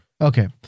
okay